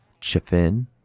Chiffin